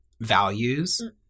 Values